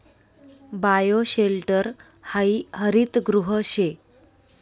bioshelter हायी हरितगृह शे